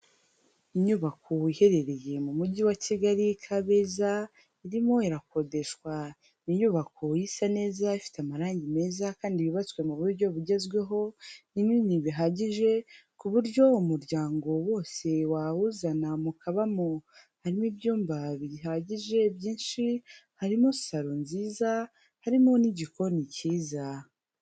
Inyubako iherereye mu Mujyi wa Kigali Kabeza irimo irakodeshwa, ni inyubako isa neza ifite amarangi meza kandi yubatswe mu buryo bugezweho, ni nini bihagije ku buryo umuryango wose wawuzana mukabamo, harimo ibyumba bihagije byinshi, harimo salo nziza, harimo n'igikoni cyiza.